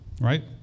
right